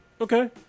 Okay